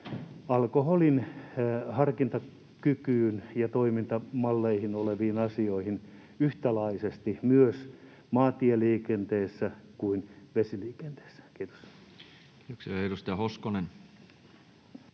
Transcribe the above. olevan harkintakykyyn ja toimintamalleihin liittyviin asioihin yhtäläisesti niin maantieliikenteessä kuin vesiliikenteessä. — Kiitos. [Speech 11] Speaker: